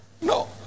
No